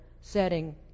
setting